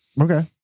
okay